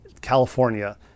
California